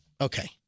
Okay